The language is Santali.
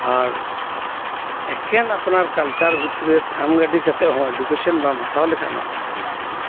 ᱟᱨ ᱮᱠᱮᱱ ᱟᱯᱱᱟᱨ ᱠᱟᱞᱪᱟᱨ ᱵᱷᱤᱛᱤᱨ ᱨᱮ ᱛᱷᱟᱢ ᱜᱤᱰᱤ ᱠᱟᱛᱮᱜ ᱦᱚᱸ ᱮᱰᱩᱠᱮᱥᱚᱱ ᱵᱟᱢ ᱦᱟᱛᱟᱣ ᱞᱮᱠᱷᱟᱱ ᱦᱚᱸ ᱠᱚᱱᱚ ᱢᱩᱞᱞᱚ ᱵᱟᱹᱱᱩᱜᱼᱟ